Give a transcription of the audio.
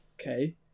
okay